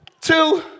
two